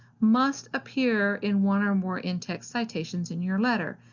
must appear in one or more in-text citations in your letter.